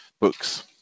books